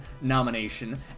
nomination